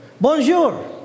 Bonjour